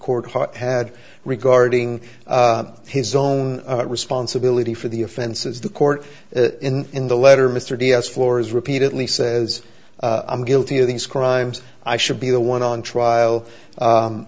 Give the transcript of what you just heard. court ha had regarding his own responsibility for the offenses the court in in the letter mr diaz floors repeatedly says i'm guilty of these crimes i should be the one on trial